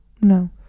No